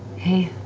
hey,